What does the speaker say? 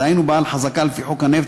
דהיינו בעל חזקה לפי חוק הנפט,